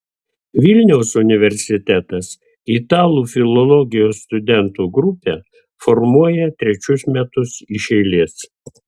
vilniaus universitetas italų filologijos studentų grupę formuoja trečius metus iš eilės